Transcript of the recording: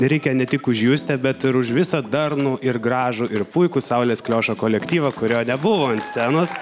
reikia ne tik už justę bet ir už visą darnų ir gražų ir puikų saulės kliošo kolektyvą kurio nebuvo ant scenos